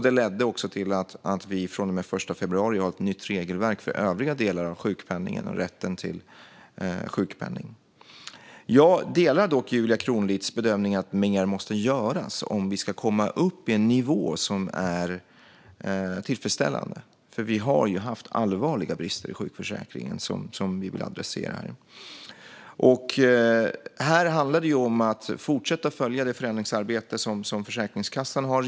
Det ledde också till att vi från och med den 1 februari har ett nytt regelverk för övriga delar av sjukpenningen och rätten till sjukpenning. Jag delar Julia Kronlids bedömning att mer måste göras om vi ska komma upp i en nivå som är tillfredsställande. Vi har haft allvarliga brister i sjukförsäkringen som vi vill adressera. Här handlar det om att fortsätta att följa det förändringsarbete som Försäkringskassan har.